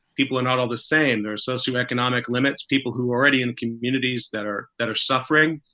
people are not all the same. there are socio economic limits people who are already in communities that are that are suffering.